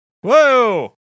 Whoa